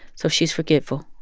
so she's forgetful.